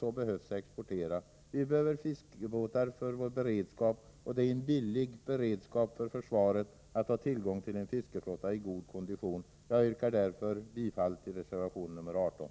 Vi behöver också fiskebåtar för vår beredskap; det är billigt för försvaret att ha tillgång till en fiskeflotta i god kondition. Jag yrkar därför bifall till reservation 18.